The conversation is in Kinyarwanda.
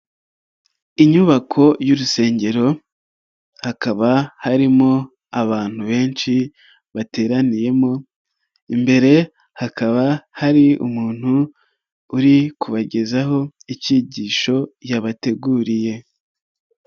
Inyubako y'urusengero hakaba harimo abantu benshi bateraniyemo, imbere hakaba hari umuntu uri kubagezaho icyigisho yabateguriye.